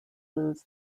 blues